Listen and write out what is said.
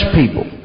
people